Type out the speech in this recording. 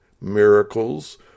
miracles